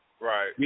Right